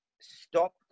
Stop